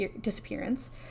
disappearance